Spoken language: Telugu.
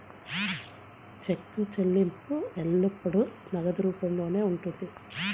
చెక్కు చెల్లింపు ఎల్లప్పుడూ నగదు రూపంలోనే ఉంటుంది